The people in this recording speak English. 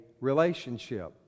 relationship